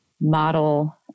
model